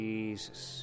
Jesus